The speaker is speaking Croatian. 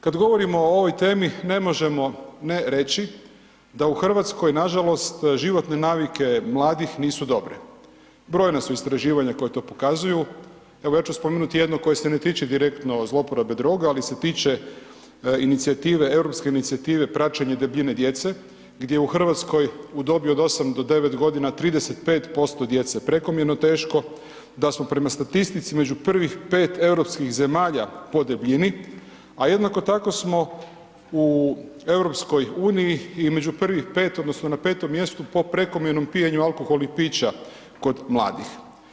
Kad govorimo o ovoj temi ne možemo ne reći da u Hrvatskoj nažalost životne navike mladih nisu dobre, brojna su istraživanja koja to pokazuju, evo ja ću spomenut jedno koje se ne tiče direktno zlouporabe droga, ali se tiče inicijative, europske inicijative praćenje debljine djece, gdje u Hrvatskoj u dobi od 8 do 9 godina 35% djece je prekomjerno teško, da smo prema statistici među prvih 5 europskih zemalja po debljini, a jednako tako smo u EU između prvih 5 odnosno na 5 mjestu po pijenju alkoholnih pića kod mladih.